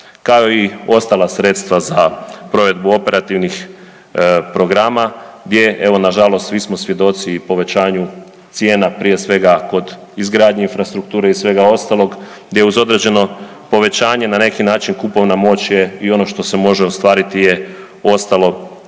kao i ostala sredstva za provedbu operativnih programa gdje evo nažalost svi smo svjedoci i povećanju cijena prije svega kod izgradnje infrastrukture i svega ostalog gdje uz određeno povećanje na neki način kupovna moć je i ono što se može ostvariti je ostalo